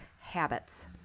Habits